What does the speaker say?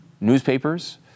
newspapers